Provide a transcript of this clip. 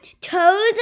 toes